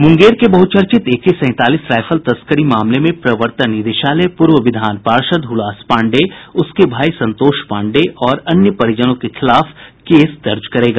मुंगेर के बहुचर्चित एके सैंतालीस राइफल तस्करी मामले में प्रवर्तन निदेशालय पूर्व विधान पार्षद हुलास पाण्डेय उसके भाई संतोष पाण्डेय और अन्य परिजनों के खिलाफ केस दर्ज करेगा